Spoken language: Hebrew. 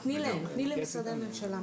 תני למשרדי הממשלה.